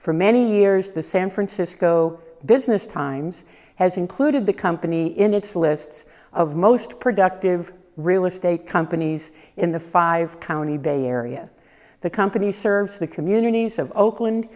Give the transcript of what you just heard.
for many years the san francisco business times has included the company in its list of most productive real estate companies in the five county bay area the company serves the communities of oakland